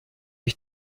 ich